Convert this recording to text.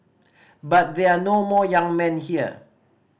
but there are no more young men here